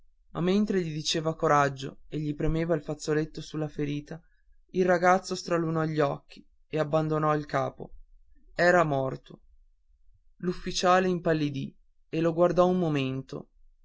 ma mentre gli diceva coraggio e gli premeva il fazzoletto sulla ferita il ragazzo stralunò gli occhi e abbandonò il capo era morto l'ufficiale impallidì e lo guardò fisso per un momento poi